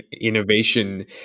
innovation